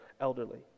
elderly